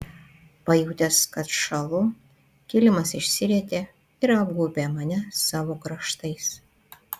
pajutęs kad šąlu kilimas išsirietė ir apgaubė mane savo kraštais